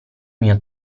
mio